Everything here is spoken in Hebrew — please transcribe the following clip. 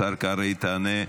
השר קרעי, תענה.